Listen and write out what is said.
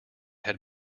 had